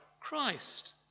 Christ